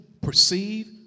perceive